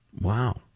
Wow